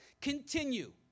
continue